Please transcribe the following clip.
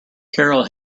carol